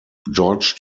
george